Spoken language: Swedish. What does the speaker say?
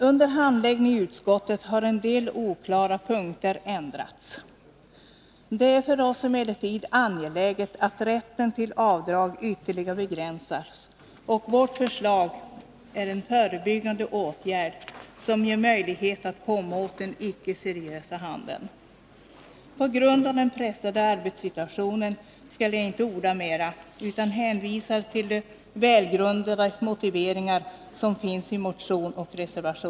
Under handläggningen i utskottet har en del oklara punkter ändrats. Det är emellertid angeläget för oss att rätten till avdrag ytterligare begränsas, och vårt förslag är en förebyggande åtgärd som ger möjlighet att komma åt den icke seriösa handeln. På grund av den pressade arbetssituationen skall jag inte orda mera utan Nr 173 hänvisar till de välgrundade motiveringar som finns i motion och reserva Torsdagen den tion.